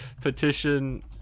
Petition